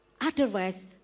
Otherwise